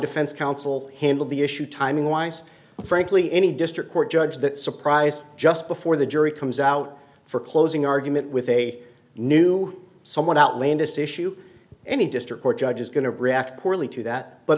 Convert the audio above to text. defense counsel handled the issue timing wise but frankly any district court judge that surprised just before the jury comes out for closing argument with a new somewhat outlandish issue any district court judge is going to react poorly to that but